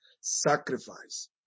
sacrifice